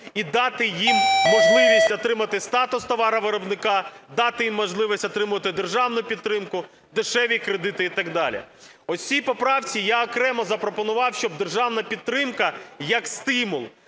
і дати їм можливість отримати статус товаровиробника, дати їм можливість отримувати державну підтримку, дешеві кредити і так далі. У цій поправці я окремо запропонував, щоб державна підтримка як стимул